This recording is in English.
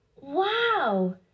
Wow